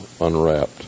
unwrapped